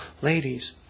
ladies